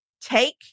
take